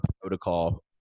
Protocol